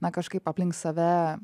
na kažkaip aplink save